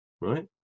Right